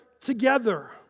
together